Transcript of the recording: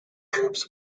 groups